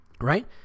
Right